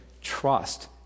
Trust